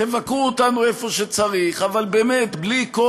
תבקרו אותנו איפה שצריך, אבל בלי כל